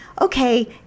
okay